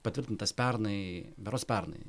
patvirtintas pernai berods pernai